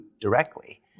directly